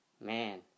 Man